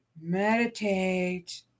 Meditate